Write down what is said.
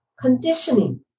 Conditioning